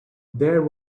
there